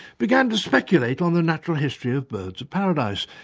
began to speculate on the natural history of birds of paradise.